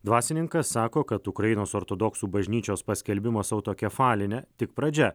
dvasininkas sako kad ukrainos ortodoksų bažnyčios paskelbimas autokefaline tik pradžia